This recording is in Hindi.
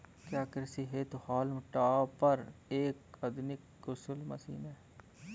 क्या कृषि हेतु हॉल्म टॉपर एक आधुनिक कुशल मशीन है?